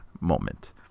moment